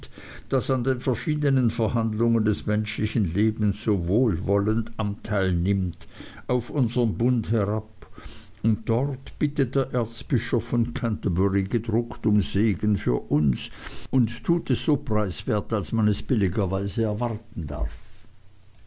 das an den verschiednen verhandlungen des menschlichen lebens so wohlwollend anteil nimmt auf unsern bund herab und dort bittet der erzbischof von canterbury gedruckt um segen für uns und tut es so preiswert als man es billigerweise erwarten darf